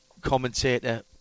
commentator